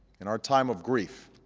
in our time of grief,